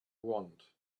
want